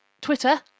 Twitter